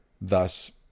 thus